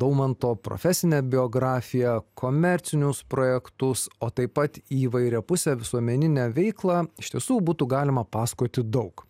daumanto profesinę biografiją komercinius projektus o taip pat įvairiapusę visuomeninę veiklą iš tiesų būtų galima pasakoti daug